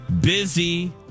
busy